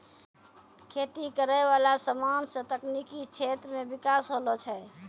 खेती करै वाला समान से तकनीकी क्षेत्र मे बिकास होलो छै